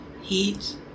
heat